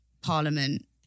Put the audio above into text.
Parliament